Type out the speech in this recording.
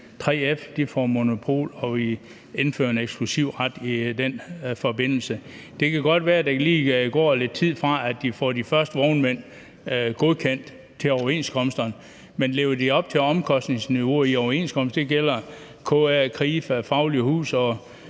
3F får monopol og vi indfører en eksklusivret i den forbindelse. Det kan godt være, at der lige går lidt tid, fra at vi får de første vognmænd godkendt til overenskomsterne. Men lever de op til omkostningsniveauet i overenskomsterne – det gælder KA og Krifa og Det Faglige Hus, og